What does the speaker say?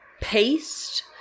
paste